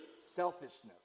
selfishness